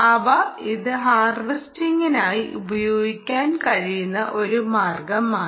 അവ ഇത് ഹർവെസ്റ്റിങ്ങിനായി ഉപയോഗിക്കാൻ കഴിയുന്ന ഒരു മാർഗമാണ്